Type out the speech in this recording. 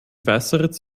weißeritz